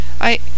I